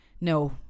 No